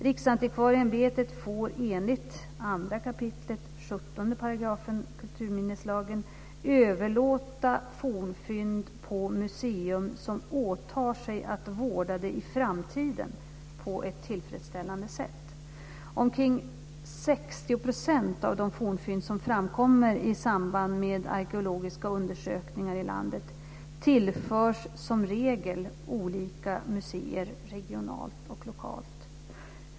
Riksantikvarieämbetet får, enligt 2 kap. 17 § KML, överlåta fornfynd på museum som åtar sig att vårda det i framtiden på ett tillfredsställande sätt. Omkring 60 % av de fornfynd som framkommer i samband med arkeologiska undersökningar i landet tillförs som regel olika museer regionalt och lokalt.